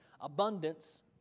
abundance